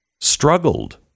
struggled